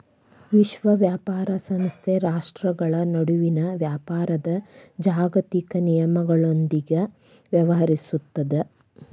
ವಿಶ್ವ ವ್ಯಾಪಾರ ಸಂಸ್ಥೆ ರಾಷ್ಟ್ರ್ಗಳ ನಡುವಿನ ವ್ಯಾಪಾರದ್ ಜಾಗತಿಕ ನಿಯಮಗಳೊಂದಿಗ ವ್ಯವಹರಿಸುತ್ತದ